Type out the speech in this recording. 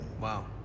Wow